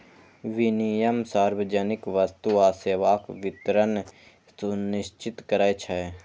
विनियम सार्वजनिक वस्तु आ सेवाक वितरण सुनिश्चित करै छै